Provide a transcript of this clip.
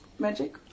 magic